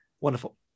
wonderful